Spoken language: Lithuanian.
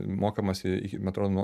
mokamas i iki man atrodo nuo